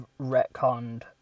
retconned